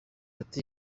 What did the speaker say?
ati